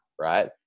Right